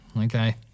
Okay